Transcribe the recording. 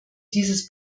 dieses